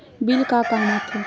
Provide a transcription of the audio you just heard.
Bill का काम आ थे?